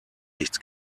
nichts